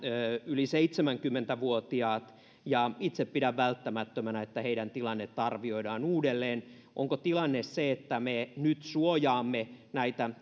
yli seitsemänkymmentä vuotiaat ja itse pidän välttämättömänä että heidän tilannettaan arvioidaan uudelleen onko tilanne se että me nyt suojaamme näitä